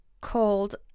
called